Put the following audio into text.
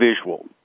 visual